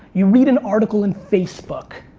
you read an article in facebook,